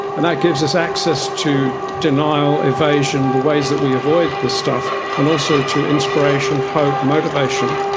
and that gives us access to denial, evasion, the ways that we avoid this stuff and also to inspiration, hope, motivation.